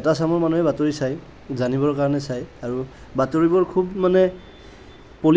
এটা চামৰ মানুহে বাতৰি চায় জানিবৰ কাৰণে বাতৰি চায় আৰু বাতৰিবোৰ খুব মানে